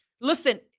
Listen